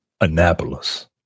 Annapolis